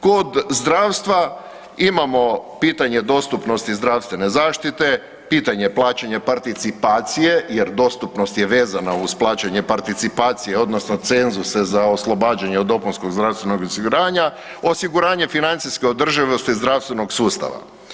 Kod zdravstva imamo pitanje dostupnosti zdravstvene zaštite, pitanje plaćanja participacije jer dostupnost je vezana uz plaćanje participacije odnosno cenzuse za oslobađanje od dopunskog zdravstvenog osiguranja, osiguranje financijske održivosti zdravstvenog sustava.